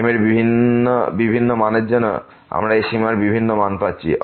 m এর বিভিন্ন মানের জন্য আমরা এই সীমার বিভিন্ন মান পাচ্ছি